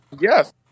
Yes